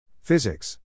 Physics